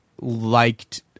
liked